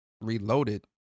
Reloaded